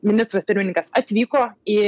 ministras pirmininkas atvyko į